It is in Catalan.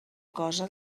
cosa